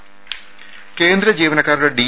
രേര കേന്ദ്ര ജീവനക്കാരുടെ ഡി